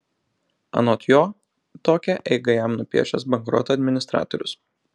anot jo tokią eigą jam nupiešęs bankroto administratorius